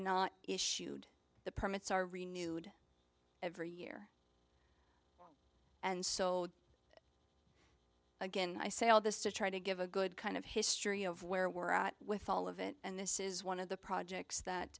not issued the permits are renewed every year and so again i say all this to try to give a good kind of history of where we're at with all of it and this is one of the projects that